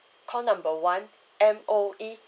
call number one M_O_E